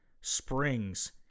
springs